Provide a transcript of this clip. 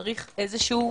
צריך איזשהו מנגנון.